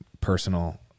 personal